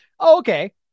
Okay